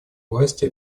власти